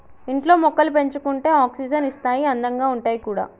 ఇంట్లో మొక్కలు పెంచుకుంటే ఆక్సిజన్ ఇస్తాయి అందంగా ఉంటాయి కూడా